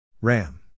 Ram